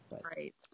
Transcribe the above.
Right